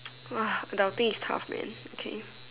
!wah! the outing is tough man okay